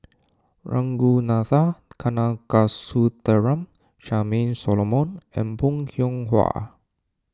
Ragunathar Kanagasuntheram Charmaine Solomon and Bong Hiong Hwa